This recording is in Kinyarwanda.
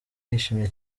yishimye